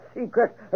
secret